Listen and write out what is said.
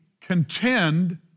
contend